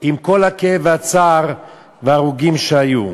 עם כל הכאב והצער וההרוגים שהיו.